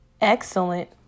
excellent